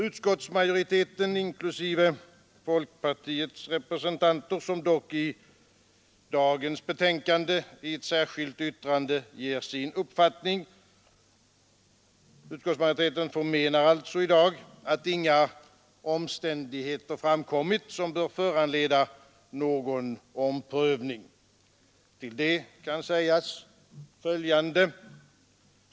Utskottsmajoriteten — inklusive folkpartiets representanter, som dock i dagens betänkande i ett särskilt yttrande ger sin uppfattning — förmenar att inga omständigheter framkommit som bör föranleda någon omprövning. Till det kan sägas följande.